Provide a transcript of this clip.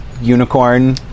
unicorn